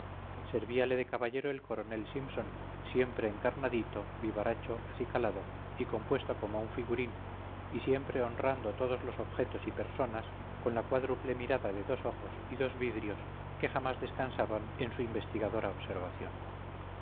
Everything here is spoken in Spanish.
gracia servíale de caballero el coronel simpson siempre encarnadito vivaracho acicalado y compuesto como un figurín y siempre honrando todos los objetos y personas con la cuádruple mirada de dos ojos y dos vidrios que jamás descansaban en su investigadora observación